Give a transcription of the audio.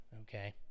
Okay